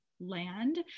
land